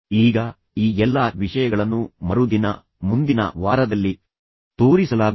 ಈಗ ಈ ಎಲ್ಲಾ ವಿಷಯಗಳನ್ನು ಮರುದಿನ ಮುಂದಿನ ವಾರದಲ್ಲಿ ತೋರಿಸಲಾಗುವುದು